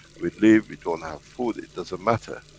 we live, we don't have food, it doesn't matter.